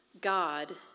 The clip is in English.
God